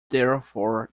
therefore